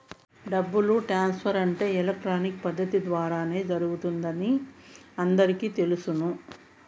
డబ్బు ట్రాన్స్ఫర్ అంటే ఎలక్ట్రానిక్ పద్దతి ద్వారానే జరుగుతుందని అందరికీ తెలుసును